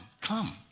come